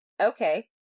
Okay